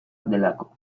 delako